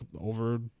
over